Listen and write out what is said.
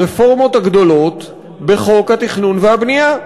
הרפורמות הגדולות בחוק התכנון והבנייה,